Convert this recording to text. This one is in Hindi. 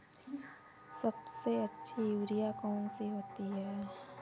सबसे अच्छी यूरिया कौन सी होती है?